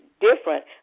different